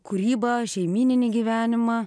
kūrybą šeimyninį gyvenimą